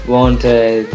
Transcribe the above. Wanted